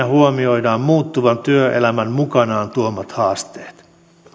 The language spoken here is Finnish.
huomioidaan muuttuvan työelämän mukanaan tuomat haasteet